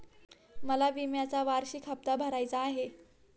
मला विम्याचा वार्षिक हप्ता भरायचा आहे